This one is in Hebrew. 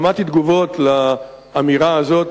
שמעתי תגובות לאמירה הזו,